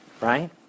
right